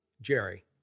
Jerry